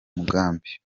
mugambi